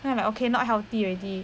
then I'm like okay not healthy already